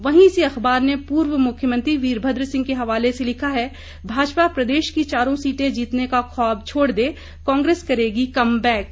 वहीं इसी अखबार ने पूर्व मुख्यमंत्री वीरभद्र सिंह के हवाले से लिखा है भाजपा प्रदेश की चारों सीटें जीतने का ख्वाब छोड़ दे कांग्रेस करेगी कमबैक